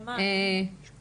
לימור סון הר מלך (עוצמה יהודית): ממש.